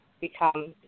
become